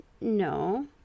No